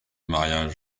mariage